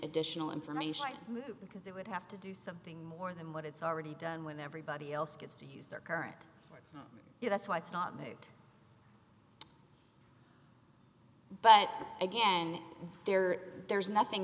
additional information because it would have to do something more than what it's already done when everybody else gets to use their current you that's why it's not made but again there there's nothing